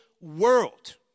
world